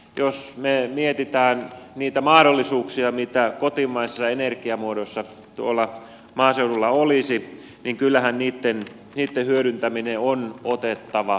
jos me mietimme niitä mahdollisuuksia mitä kotimaisissa energiamuodoissa tuolla maaseudulla olisi niin kyllähän niitten hyödyntäminen on otettava vakavasti